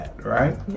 Right